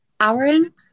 Aaron